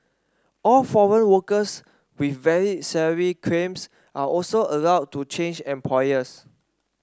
all foreign workers with valid salary claims are also allowed to change employers